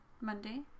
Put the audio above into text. Monday